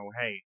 hey